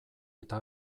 eta